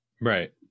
right